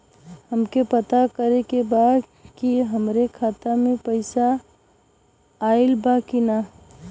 हमके पता करे के बा कि हमरे खाता में पैसा ऑइल बा कि ना?